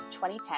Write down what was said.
2010